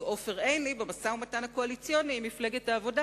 עופר עיני במשא-ומתן הקואליציוני עם מפלגת העבודה,